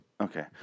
Okay